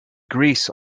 grease